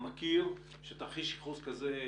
הנזק ברכוש היה בלתי נמנע, אבל נפש לא.